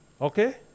Okay